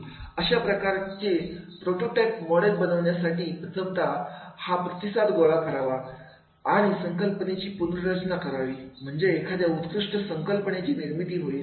अशाप्रकारे prototype model बनवण्यासाठी प्रथमतः हा प्रतिसाद गोळा करावेत आणि संकल्पनेची पुनर्रचना करावी म्हणजे एखाद्या उत्कृष्ट संकल्पनेची निर्मिती होईल